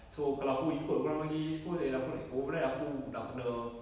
so kalau aku ikut kau orang pergi east coast and aku nak overnight aku nak kena